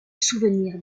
souvenir